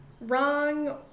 wrong